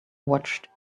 watched